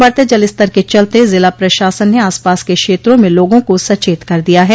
बढ़ते जलस्तर के चलते जिला प्रशासन ने आस पास के क्षेत्रों में लोगों को सचेत कर दिया है